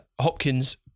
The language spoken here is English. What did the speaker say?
Hopkins